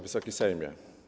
Wysoki Sejmie!